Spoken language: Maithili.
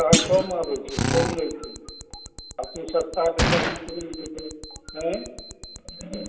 गाहक कम आबै छै कम लै छै आओर तोँ सस्ता दै छहक कि फ्रीमे दै छै आँए